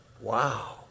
wow